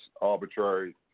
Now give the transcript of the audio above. Arbitrary